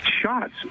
shots